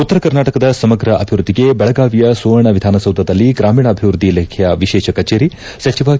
ಉತ್ತರ ಕರ್ನಾಟಕದ ಸಮಗ್ರ ಅಭಿವೃದ್ಧಿಗೆ ಬೆಳಗಾವಿಯ ಸುವರ್ಣ ವಿಧಾನಸೌಧದಲ್ಲಿ ಗ್ರಾಮೀಣಾಭಿವೃದ್ಧಿ ಇಲಾಖೆಯ ವಿಶೇಷ ಕಚೇರಿ ಸಚಿವ ಕೆ